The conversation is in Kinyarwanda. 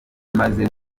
maze